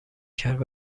کرد